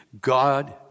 God